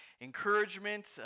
encouragement